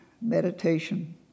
meditation